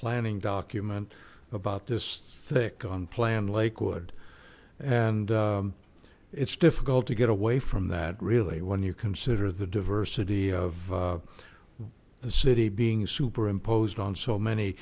planning document about this thick on plan lakewood and it's difficult to get away from that really when you consider the diversity of the city being superimposed on so many